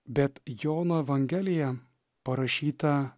bet jono evangelija parašyta